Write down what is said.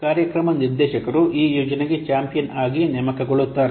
ಕಾರ್ಯಕ್ರಮ ನಿರ್ದೇಶಕರು ಈ ಯೋಜನೆಗೆ ಚಾಂಪಿಯನ್ ಆಗಿ ನೇಮಕಗೊಳ್ಳುತ್ತಾರೆ